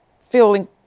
feeling